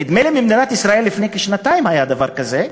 נדמה לי שלפני שנתיים היה במדינת ישראל דבר כזה.